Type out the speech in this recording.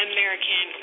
American